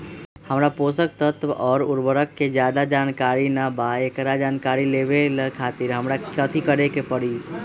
हमरा पोषक तत्व और उर्वरक के ज्यादा जानकारी ना बा एकरा जानकारी लेवे के खातिर हमरा कथी करे के पड़ी?